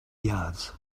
yards